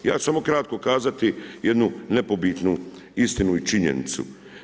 Ja ću samo kratko kazati jednu nepobitni istinu i činjenicu.